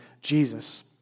Jesus